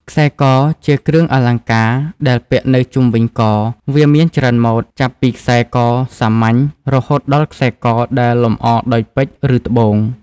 ខ្សែក ជាគ្រឿងអលង្ការដែលពាក់នៅជុំវិញក វាមានច្រើនម៉ូត ចាប់ពីខ្សែកសាមញ្ញ រហូតដល់ខ្សែកដែលលម្អដោយពេជ្រ ឬត្បូង។